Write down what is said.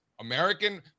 American